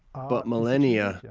but millenia yeah